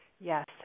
Yes